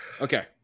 Okay